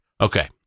Okay